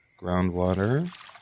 groundwater